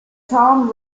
tom